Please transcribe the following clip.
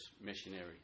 missionary